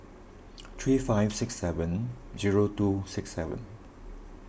three five six seven zero two six seven